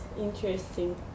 interesting